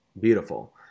beautiful